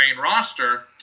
roster